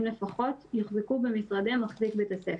לפחות יוחזקו במשרדי מחזיק בית הספר."